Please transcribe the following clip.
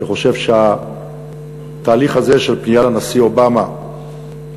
שחושב שהתהליך הזה של פנייה לנשיא אובמה יפגע